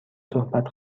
صحبت